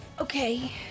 okay